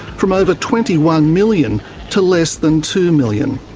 from over twenty one million to less than two million.